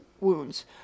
wounds